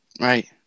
Right